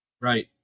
Right